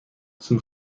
zum